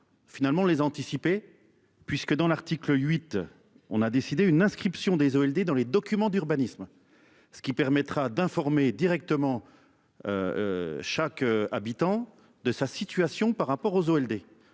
Finalement les anticiper puisque dans l'article 8, on a décidé une inscription des ALD dans les documents d'urbanisme, ce qui permettra d'informer directement. Chaque habitant de sa situation par rapport aux zoo